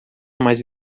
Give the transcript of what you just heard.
mais